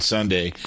Sunday